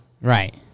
Right